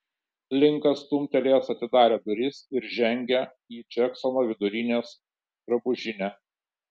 linkas stumtelėjęs atidarė duris ir žengė į džeksono vidurinės drabužinę